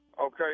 Okay